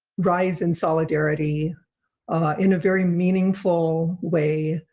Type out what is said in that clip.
rise in solidarity in a very meaningful way,